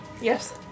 Yes